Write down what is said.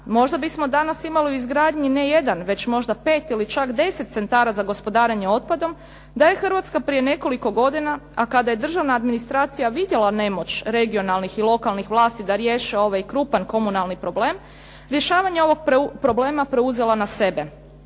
možda bismo danas imali u izgradnji ne jedan već možda pet ili čak 10 centara za gospodarenje otpadom da je Hrvatska prije nekoliko godina, a kada je državna administracija vidjela nemoć regionalnih i lokalnih vlasti da riješe ovaj krupan komunalni problem, rješavanje ovog problema preuzela na sebe.